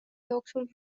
jooksul